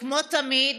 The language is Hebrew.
וכמו תמיד,